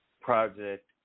project